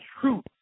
truth